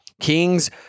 Kings